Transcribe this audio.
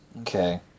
Okay